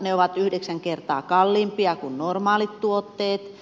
ne ovat yhdeksän kertaa kalliimpia kuin normaalit tuotteet